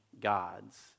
gods